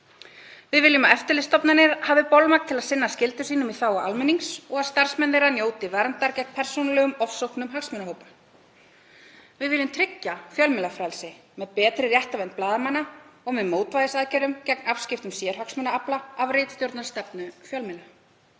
Við viljum að eftirlitsstofnanir hafi bolmagn til að sinna skyldum sínum í þágu almennings og að starfsmenn þeirra njóti verndar gegn persónulegum ofsóknum hagsmunahópa. Við viljum tryggja fjölmiðlafrelsi með betri réttarvernd blaðamanna og með mótvægisaðgerðum gegn afskiptum sérhagsmunaafla af ritstjórnarstefnu fjölmiðla.